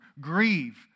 Grieve